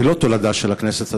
היא לא תולדה של הכנסת הזאת,